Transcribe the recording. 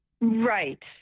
Right